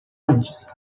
antes